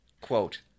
Quote